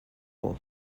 will